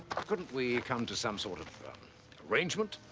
couldn't we come to some sort of arrangement?